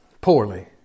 poorly